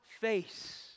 face